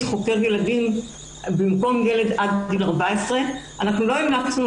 חוקר ילדים במקום ילד עד גיל 14. אנחנו לא המלצנו